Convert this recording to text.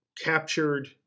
captured